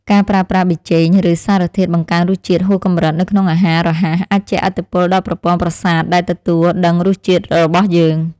ការប្រើប្រាស់ប៊ីចេង ឬសារធាតុបង្កើនរសជាតិហួសកម្រិតនៅក្នុងអាហាររហ័សអាចជះឥទ្ធិពលដល់ប្រព័ន្ធប្រសាទដែលទទួលដឹងរសជាតិរបស់យើង។